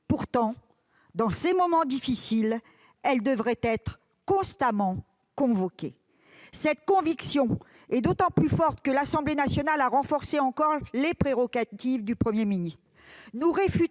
qui, dans ces moments difficiles, devrait au contraire être constamment convoquée. Notre conviction est d'autant plus forte que l'Assemblée nationale a renforcé encore les prérogatives du Premier ministre. Nous refusons